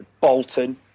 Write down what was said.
Bolton